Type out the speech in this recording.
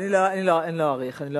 אני לא אאריך,